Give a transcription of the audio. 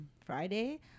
Friday